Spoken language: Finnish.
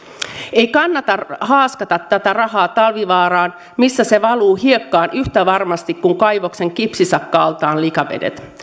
ei kannata haaskata tätä rahaa talvivaaraan missä se valuu hiekkaan yhtä varmasti kuin kaivoksen kipsisakka altaan likavedet